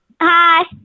Hi